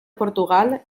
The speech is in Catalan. portugal